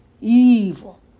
evil